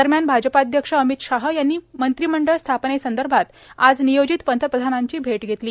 दरम्यान भाजपाध्यक्ष अमित शाह यांनी मंत्रिमंडळ स्थापनेसंदर्भात आज नियोजित पंतप्रधानांची भेट घेतली